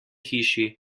hiši